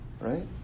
Right